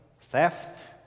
theft